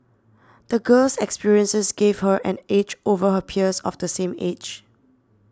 the girl's experiences gave her an edge over her peers of the same age